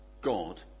God